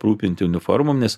aprūpinti uniformomis